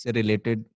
related